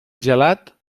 gelat